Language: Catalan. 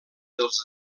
dels